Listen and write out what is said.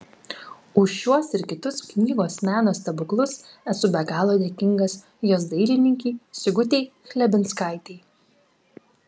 už šiuos ir kitus knygos meno stebuklus esu be galo dėkingas jos dailininkei sigutei chlebinskaitei